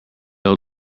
old